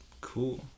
cool